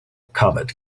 comet